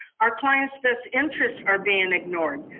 our clients' best interests are being ignored.